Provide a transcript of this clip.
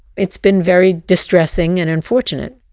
it's been very distressing and unfortunate.